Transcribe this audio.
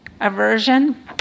aversion